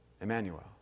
Emmanuel